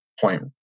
point